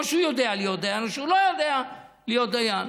או שהוא יודע להיות דיין או שהוא לא יודע להיות דיין.